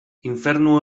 infernu